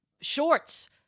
shorts